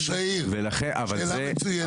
ראש העיר, שאלה מצוינת.